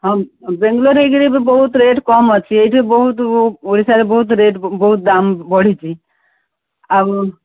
ହଁ ବେଙ୍ଗାଲୋର ହେଇକିରି ବି ବହୁତ ରେଟ୍ କମ୍ ଅଛି ଏଇଠି ବହୁତ ଓଡ଼ିଶାରେ ବହୁତ ରେଟ୍ ବହୁତ ଦାମ ବଢ଼ିଛି ଆଉ